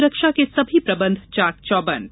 सुरक्षा के सभी प्रबंध चाक चौबन्द